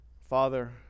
Father